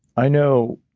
i know